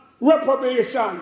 reprobation